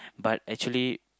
but actually